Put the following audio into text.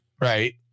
right